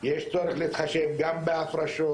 יש צורך להתחשב גם בהפרשות,